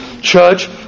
Church